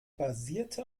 basierte